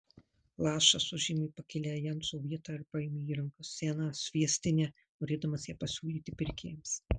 lašas užėmė pakilią jenso vietą ir paėmė į rankas seną sviestinę norėdamas ją pasiūlyti pirkėjams